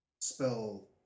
spell